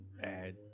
bad